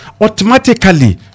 automatically